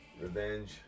Revenge